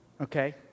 Okay